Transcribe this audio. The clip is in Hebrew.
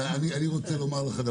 אבל אני רוצה לומר לך,